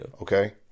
Okay